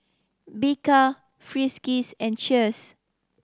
Bika Friskies and Cheers